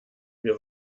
wir